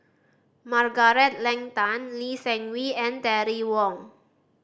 Margaret Leng Tan Lee Seng Wee and Terry Wong